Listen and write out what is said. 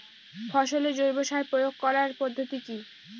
ফসলে জৈব সার প্রয়োগ করার পদ্ধতি কি?